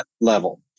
level